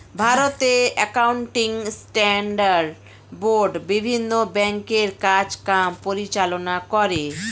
ভারতে accounting standard board বিভিন্ন ব্যাংকের কাজ কাম পরিচালনা করে